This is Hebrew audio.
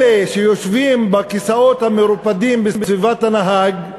אלה שיושבים בכיסאות המרופדים בסביבת הנהג,